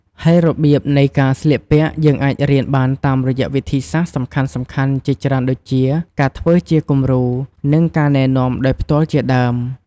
ហើយរបៀបនៃការស្លៀកពាក់យើងអាចរៀនបានតាមរយៈវិធីសាស្រ្តសំខាន់ៗជាច្រើនដូចជា ការធ្វើជាគំរូ និង ការណែនាំដោយផ្ទាល់ជាដើម។